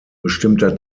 bestimmter